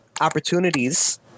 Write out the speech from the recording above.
opportunities